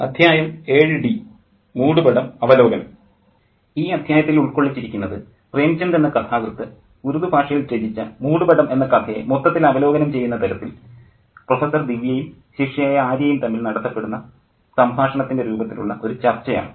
സൂചക പദങ്ങൾ മൂടുപടം അവലോകനം ചർച്ച ഈ അദ്ധ്യായത്തിൽ ഉൾക്കൊള്ളിച്ചിരിക്കുന്നത് പ്രേംചന്ദ് എന്ന കഥാകൃത്ത് ഉറുദ്ദു ഭാഷയിൽ രചിച്ച മൂടുപടം എന്ന കഥയെ മൊത്തത്തിൽ അവലോകനം ചെയ്യുന്ന തരത്തിൽ പ്രൊഫസ്സർ ദിവ്യയും ശിഷ്യയായ ആര്യയും തമ്മിൽ നടത്തപ്പെടുന്ന സംഭാഷണത്തിൻ്റെ രൂപത്തിലുള്ള ഒരു ചർച്ച ആണ്